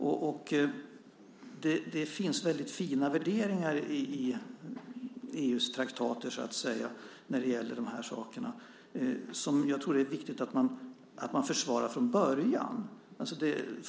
Det finns väldigt fina värderingar i EU:s traktater, så att säga, när det gäller de här sakerna, som jag tror att det är viktigt att man försvarar från början.